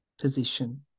position